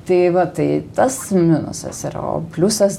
tai va tai tas minusas yra o pliusas